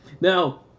Now